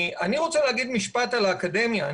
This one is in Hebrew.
אני רוצה לומר משפט על האקדמיה.